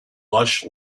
lush